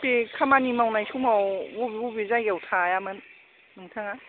बे खामानि मावनाय समाव बबे बबे जायगायाव थायामोन नोंथाङा